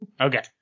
Okay